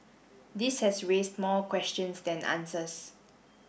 this has raised more questions than answers